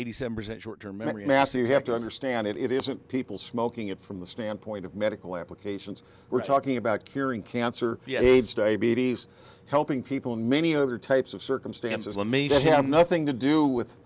eighty seven percent short term memory mass you have to understand it isn't people smoking it from the standpoint of medical applications we're talking about curing cancer aids diabetes helping people in many other types of circumstances led me to have nothing to do with